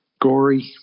gory